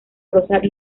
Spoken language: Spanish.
prosa